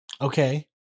Okay